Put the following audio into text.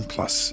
Plus